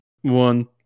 one